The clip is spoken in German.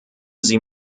sie